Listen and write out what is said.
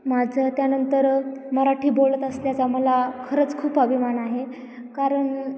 माझं त्यानंतर मराठी बोलत असल्याचा मला खरंच खूप अभिमान आहे कारण